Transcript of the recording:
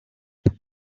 then